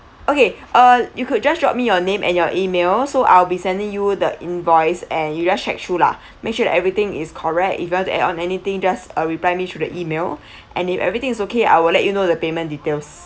okay uh you could just drop me your name and your email so I'll be sending you the invoice and you just check through lah make sure everything is correct if you have to add on anything just uh reply me through the email and if everything is okay I will let you know the payment details